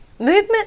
Movement